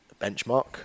benchmark